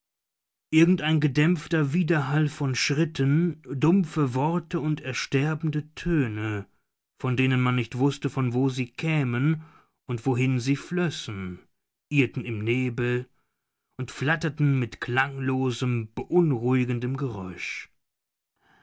ein gedämpfter widerhall von schritten dumpfe worte und ersterbende töne von denen man nicht wußte von wo sie kämen und wohin sie flössen irrten im nebel und flatterten mit klanglosem beunruhigendem geräusch